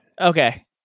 Okay